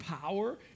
power